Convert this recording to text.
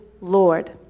Lord